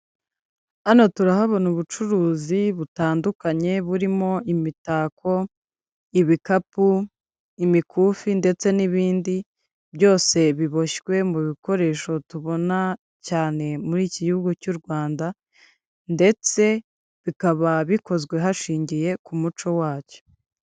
Hano turahabona ubucuruzi butandukanye burimo imitako, ibikapu imikufi ndetse n'ibindi byose biboshywe mu bikoresho tubona cyane muri iki gihugu cy'u Rwanda ndetse bikaba bikozwe hashingiwe ku muco wacyo.